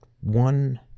one